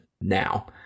now